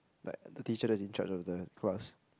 like the teacher that is in charge of the class